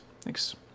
Thanks